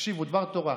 תקשיב לדבר תורה.